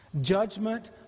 Judgment